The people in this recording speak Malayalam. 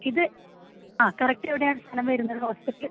ഇത് ആ കറക്റ്റ് എവിടെയാണ് സ്ഥലം വരുന്നത് ഹോസ്പിറ്റൽ